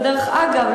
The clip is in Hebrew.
ודרך אגב,